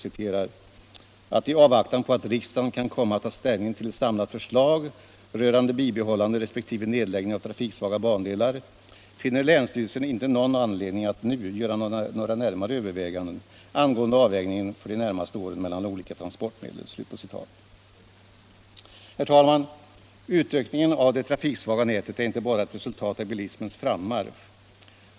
Utökningen av det trafiksvaga nätet är inte bara ett resultat av bilismens frammarsch.